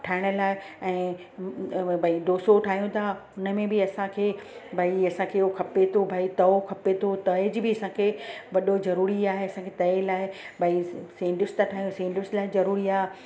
ठाहिण लाइ ऐं भई डोसो ठाहियूं था हुन में बि असांखे भई असांखे उहो खपे थो भई तओ खपे थो तए जी बि असांखे वॾो ज़रूरी आहे असांखे तए लाइ भई सैंडविच था ठाहियूं सैंडविच लाइ ज़रूरी आहे